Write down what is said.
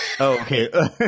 Okay